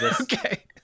Okay